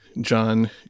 John